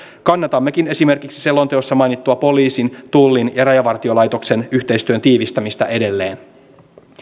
kannatammekin esimerkiksi selonteossa mainittua poliisin tullin ja rajavartiolaitoksen yhteistyön tiivistämistä edelleen